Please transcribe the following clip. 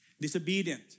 Disobedient